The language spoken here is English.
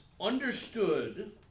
understood